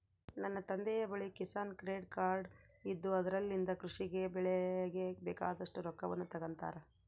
ನನ್ನ ತಂದೆಯ ಬಳಿ ಕಿಸಾನ್ ಕ್ರೆಡ್ ಕಾರ್ಡ್ ಇದ್ದು ಅದರಲಿಂದ ಕೃಷಿ ಗೆ ಬೆಳೆಗೆ ಬೇಕಾದಷ್ಟು ರೊಕ್ಕವನ್ನು ತಗೊಂತಾರ